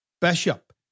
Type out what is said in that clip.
Bishop